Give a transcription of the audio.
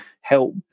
help